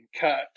cut